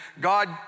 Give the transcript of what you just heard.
God